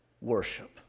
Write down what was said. worship